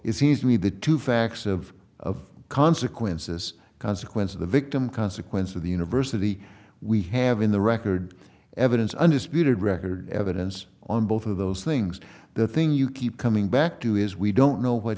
it seems to me that two facts of of consequences consequence of the victim consequence of the university we have in the record evidence undisputed record evidence on both of those things the thing you keep coming back to is we don't know what